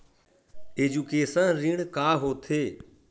Education ऋण का होथे?